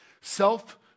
Self